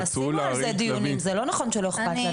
עשינו על זה דיונים, זה לא נכון שלא איכפת לנו.